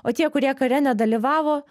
o tie kurie kare nedalyvavo